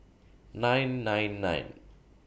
nine nine nine